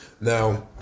Now